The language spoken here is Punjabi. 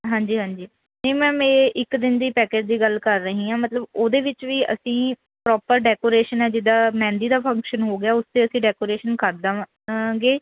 ਹਾਂਜੀ ਹਾਂਜੀ ਨਹੀਂ ਮੈਮ ਇਹ ਇੱਕ ਦਿਨ ਦੀ ਪੈਕਜ ਦੀ ਗੱਲ ਕਰ ਰਹੀ ਹਾਂ ਮਤਲਬ ਉਹਦੇ ਵਿੱਚ ਵੀ ਅਸੀਂ ਪ੍ਰੋਪਰ ਡੈਕੋਰੇਸ਼ਨ ਹੈ ਜਿੱਦਾਂ ਮਹਿੰਦੀ ਦਾ ਫੰਕਸ਼ਨ ਹੋ ਗਿਆ ਉਸ 'ਤੇ ਅਸੀਂ ਡੈਕੋਰੇਸ਼ਨ ਕਰਦਾਂਗਾ ਗੇ